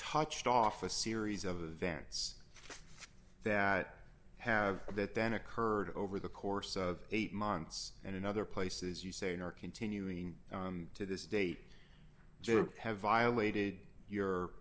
touched off a series of events that have that then occurred over the course of eight months and in other places you say your continuing to this day have violated your